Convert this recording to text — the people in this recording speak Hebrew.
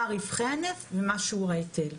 מה רווחי הנפט ומה שיעור ההיטל.